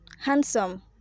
Handsome